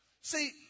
See